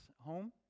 home